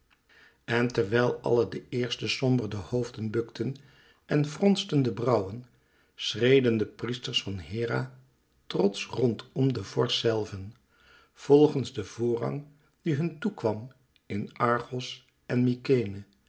en terwijl alle de eersten somber de hoofden bukten en fronsten de brauwen schreden de priesters van hera trotsch rondom den vorst zelven volgens den voorrang die hun toe kwam in argos en